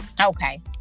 okay